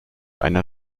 einer